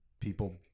people